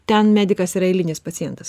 ten medikas yra eilinis pacientas